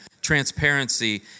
transparency